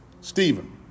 Stephen